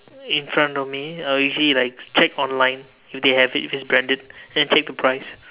in front of me I will usually like check online if they have it if it's branded then check the price